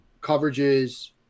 coverages